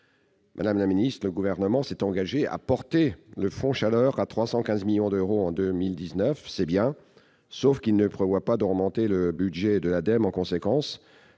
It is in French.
Madame la secrétaire d'État, le Gouvernement s'est engagé à porter le budget du Fonds chaleur à 315 millions d'euros en 2019, c'est bien, mais il ne prévoit pas d'augmenter le budget de l'ADEME en conséquence.